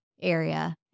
area